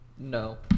No